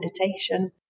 meditation